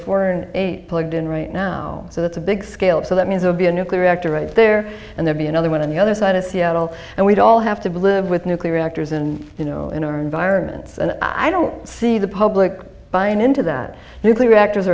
four and eight plugged in right now so that's a big scale up so that means will be a nuclear reactor right there and there'd be another one on the other side of seattle and we'd all have to be live with nuclear reactors and you know in our environments and i don't see the public buying into that nuclear reactors